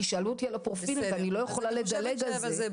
כי שאלו אותי על הפרופיל ואני לא יכולה לדלג על זה.